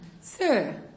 Sir